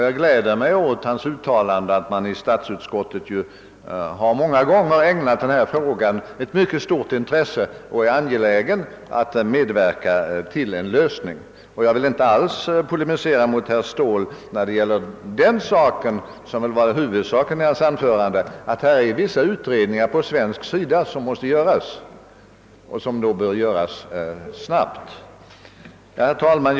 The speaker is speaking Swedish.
Jag gläder mig åt hans uttalande att statsutskottet många gånger har ägnat denna fråga ett mycket stort intresse och är angeläget att medverka till en lösning. Jag vill inte alls polemisera mot herr Ståhl när det gäller vad som väl var huvudsaken i hans anförande, nämligen att det är vissa utredningar på svensk sida som måste göras och göras snabbt. Herr talman!